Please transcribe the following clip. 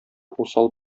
усал